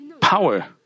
power